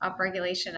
upregulation